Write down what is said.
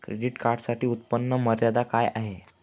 Credit कार्डसाठी उत्त्पन्न मर्यादा काय आहे?